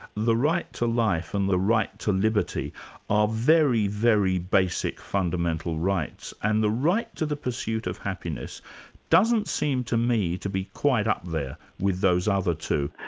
the right to life and the right to liberty are very, very basic fundamental rights, and the right to the pursuit of happiness doesn't seem to me to be quite up there with those other two.